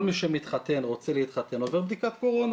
כל מי שמתחתן או רוצה להתחתן עובר בדיקת קורונה,